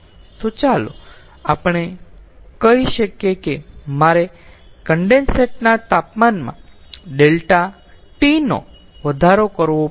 તો ચાલો આપણે કહી શકીએ કે મારે કન્ડેન્સેટ ના તાપમાનમાં ∆T નો વધારો કરવો પડશે